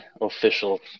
official